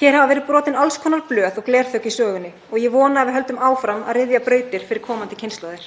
Hér hafa verið brotin alls konar blöð og glerþök í sögunni og ég vona að við höldum áfram að ryðja brautir fyrir komandi kynslóðir.